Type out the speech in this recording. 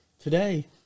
Today